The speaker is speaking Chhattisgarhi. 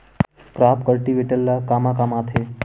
क्रॉप कल्टीवेटर ला कमा काम आथे?